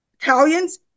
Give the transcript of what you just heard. Italians